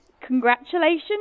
congratulations